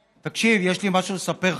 תקשיב, יש לי משהו לספר לך.